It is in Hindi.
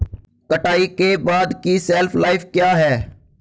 कटाई के बाद की शेल्फ लाइफ क्या है?